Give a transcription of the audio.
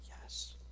Yes